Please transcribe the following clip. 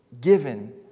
given